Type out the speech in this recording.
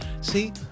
See